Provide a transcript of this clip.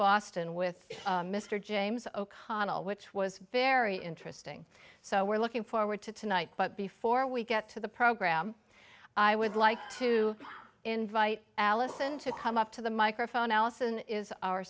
boston with mr james o'connell which was very interesting so we're looking forward to tonight but before we get to the program i would like to invite allison to come up to the microphone allison is our